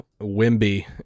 Wimby